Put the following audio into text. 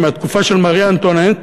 הוא מהתקופה של מרי אנטואנט,